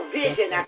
vision